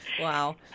Wow